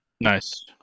Nice